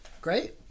great